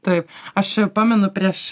taip aš pamenu prieš